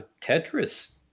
Tetris